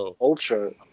Ultra